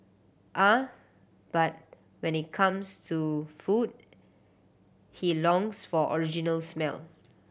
ah but when it comes to food he longs for original smell